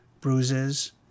bruises